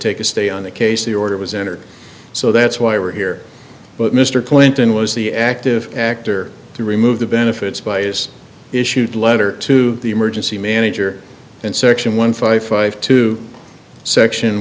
take a stay on the case the order was entered so that's why we're here but mr clinton was the active actor to remove the benefits bias issued letter to the emergency manager and section one five five two section